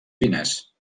fines